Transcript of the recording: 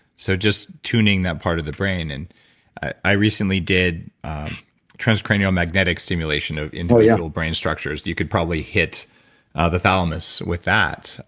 so, just tuning that part of the brain. and i recently did transcranial magnetic stimulation of and yeah individual brain structures. you could probably hit ah the thalamus with that.